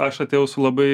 aš atėjau su labai